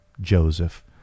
Joseph